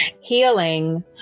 healing